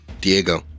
Diego